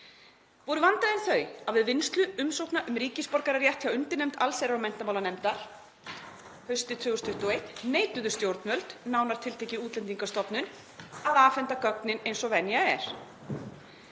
Voru vandræðin þau að við vinnslu umsókna um ríkisborgararétt hjá undirnefnd allsherjar- og menntamálanefndar haustið 2021 neituðu stjórnvöld, nánar tiltekið Útlendingastofnun, að afhenda gögnin eins og venja er.